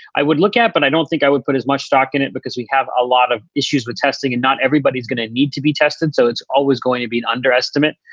i would look at and but i don't think i would put as much stock in it because we have a lot of issues with testing and not everybody is going to need to be tested. so it's always going to be an underestimate,